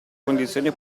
condizione